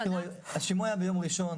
תראו, השימוע היה ביום ראשון.